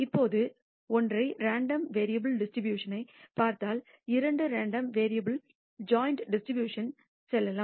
இப்போது ஒற்றை ரேண்டம் வேரியபுல்ன் டிஸ்ட்ரிபூஷணனை பார்த்தால் இரண்டு ரேண்டம் வேரியபுல்களின் ஜாயிண்ட் டிஸ்ட்ரிபூஷணனின்ற்கு செல்லலாம்